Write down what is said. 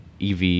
EV